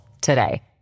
today